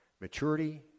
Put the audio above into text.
Maturity